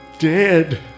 Dead